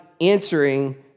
answering